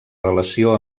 relació